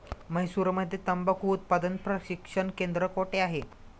म्हैसूरमध्ये तंबाखू उत्पादन प्रशिक्षण केंद्र कोठे आहे?